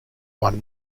one